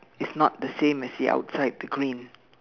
it's not the same as the outside the green